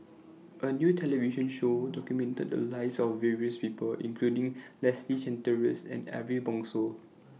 A New television Show documented The Lives of various People including Leslie Charteris and Ariff Bongso